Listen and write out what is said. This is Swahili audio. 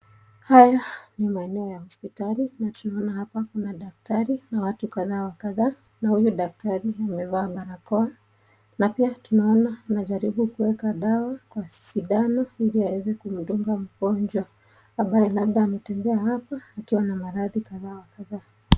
Haya ni maeneo ya hospitali na tunaona hapa kuna daktari na watu kadha wa kadha na huyu daktari amevaa barakoa na pia tunaona anajaribu kuweka dawa kwa sindano ili aweze kumdunga mgonjwa ambaye labda ametembea hapa akiwa na maradhi kadha wa kadha.